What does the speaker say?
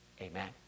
Amen